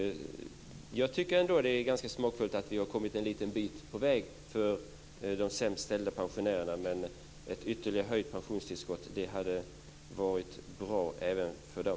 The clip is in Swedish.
Jag tycker ändå att det är ganska smakfullt att vi har kommit en liten bit på väg för de sämst ställda pensionärerna. Men ett ytterligare höjt pensionstillskott hade varit bra även för dem.